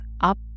up